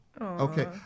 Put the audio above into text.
Okay